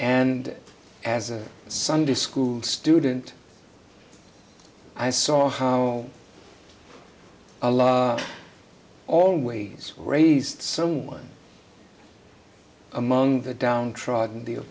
and as a sunday school student i saw how a lot always raised someone among the downtrodden